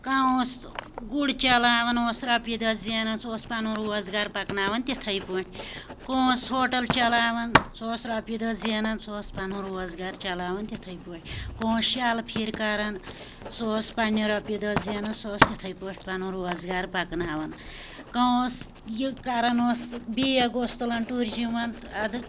کانٛہہ اوس گُڑۍ چَلاوان اوس رۄپیہ دَہ زینان سُہ اوس پَنُن روزگار پکناوان تِتھٔے پٲٹھۍ کانٛہہ اوس ہوٹَل چلاوان سُہ اوس رۄپیہ دَہ زینان سُہ اوس پَنُن روزگار چلاوان تِتھٔے پٲٹھۍ کانٛہہ اوس شالہٕ پھیٖرۍ کران سُہ اوس پَننہِ رۄپیہ دَہ زینان سُہ اوس تِتھٔے پٲٹھۍ پَنن روزگار پکناوان کانٛہہ اوس یہِ کَران اوس بیگ اوس تُلان ٹیٛوٗرِزمَن تہٕ اَدٕ